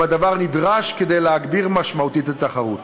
אם הדבר נדרש כדי להגביר משמעותית את התחרות.